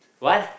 what